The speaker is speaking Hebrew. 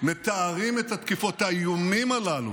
מתארים את התקיפות, את האיומים הללו,